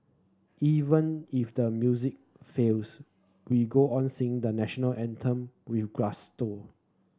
even if the music fails we go on sing the National Anthem with gusto